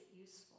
useful